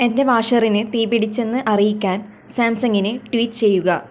എന്റെ വാഷറിന് തീ പിടിച്ചെന്ന് അറിയിക്കാൻ സാംസങ്ങിന് ട്വീറ്റ് ചെയ്യുക